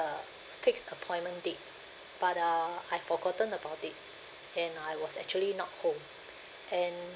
the fixed appointment date but uh I forgotten about it and I was actually not home and